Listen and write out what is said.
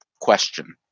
question